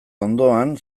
ondoan